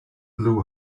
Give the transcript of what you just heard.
blew